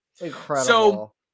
Incredible